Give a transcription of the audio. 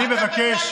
אני מבקש,